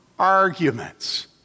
arguments